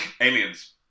Aliens